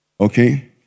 Okay